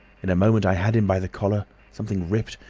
in a moment i had him by the collar something ripped,